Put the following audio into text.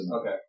Okay